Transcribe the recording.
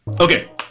Okay